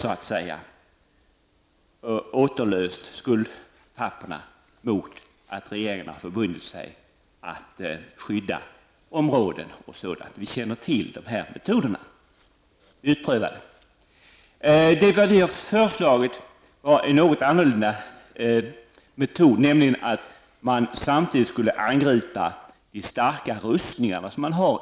Man har återlöst skuldpapper mot att regeringarna har förbundit sig att skydda områden. Vi känner till dessa metoder. De är beprövade. Det vi har föreslagit är en något annorlunda metod, nämligen att man skulle angripa de starka militära upprustningar som har gjorts.